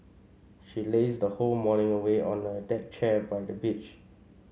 she lazed her whole morning away on a deck chair by the beach